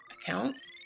accounts